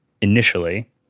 initially